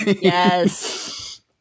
yes